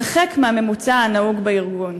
הרחק מהממוצע הנהוג בארגון.